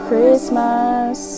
Christmas